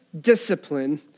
discipline